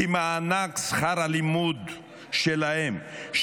כי מענק שכר הלימוד שלהם,